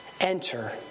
enter